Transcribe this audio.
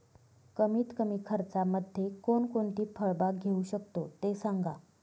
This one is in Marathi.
कमीत कमी खर्चामध्ये कोणकोणती फळबाग घेऊ शकतो ते सांगा